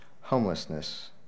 homelessness